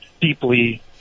deeply